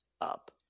up